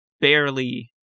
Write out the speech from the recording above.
barely